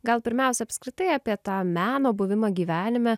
gal pirmiausia apskritai apie tą meno buvimą gyvenime